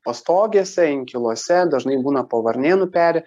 pastogėse inkiluose dažnai būna po varnėnų peri